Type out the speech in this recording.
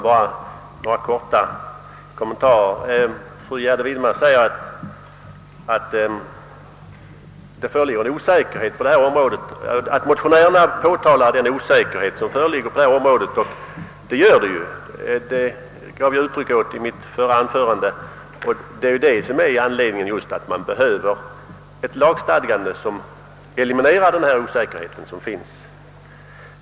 Bara några kortfattade kommentarer, herr talman! Fru Gärde Widemar säger att det föreligger en osäkerhet på detta område, vilket ju motionärerna påpekat. Detta gav jag uttryck åt i mitt förra anförande, och det är just denna osäkerhet som behöver elimineras genom ett lagstadgande.